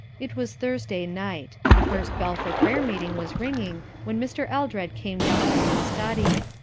it was thursday night. the first bell for prayer-meeting was ringing when mr. eldred came down from his study.